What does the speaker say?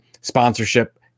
sponsorship